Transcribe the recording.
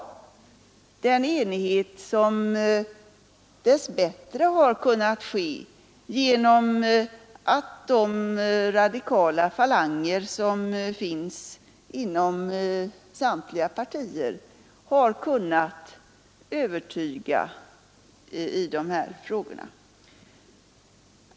Ja, det är en enighet som dess bättre har kunnat nås genom att de radikala falanger som finns inom samtliga partier har kunnat övertyga i dessa frågor.